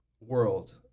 world